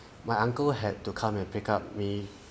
my uncle had to come and pick up me